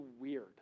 weird